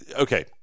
okay